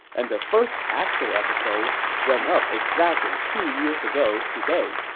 and the first actual episode went up exactly two years ago today.